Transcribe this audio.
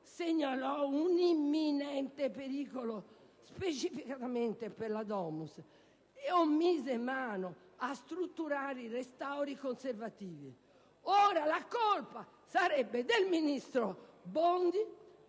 segnalò un imminente pericolo specificatamente per la *domus* o mise mano a strutturali restauri conservativi. Ora la colpa sarebbe del ministro Bondi